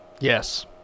Yes